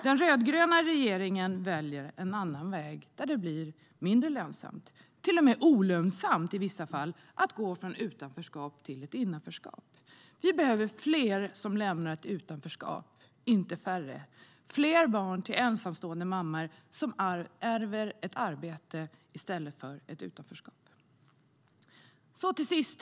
Den rödgröna regeringen väljer en annan väg där det blir mindre lönsamt, till och med olönsamt i vissa fall, att gå från utanförskap till innanförskap. Vi behöver fler som lämnar ett utanförskap, inte färre, och fler barn till ensamstående mammor som ärver ett arbete i stället för ett utanförskap. Herr talman!